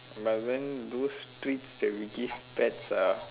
but then those treats that we give pets are